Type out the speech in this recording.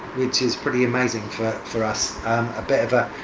which is pretty amazing for for us, a bit of ah